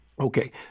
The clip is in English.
Okay